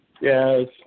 Yes